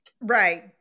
Right